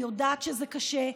אני יודעת שזה קשה,